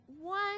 one